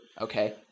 Okay